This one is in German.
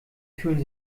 fühlen